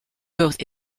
both